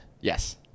Yes